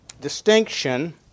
distinction